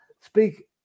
speak